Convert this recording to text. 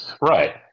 Right